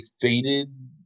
faded